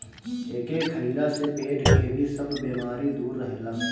एके खइला से पेट के भी सब बेमारी दूर रहेला